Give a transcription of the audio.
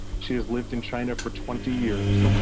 she has lived in china for twenty years.